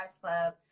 Club